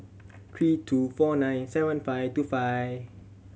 three two four nine seven five two five